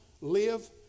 live